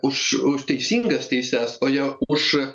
už už teisingas teises o ne už